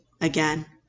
again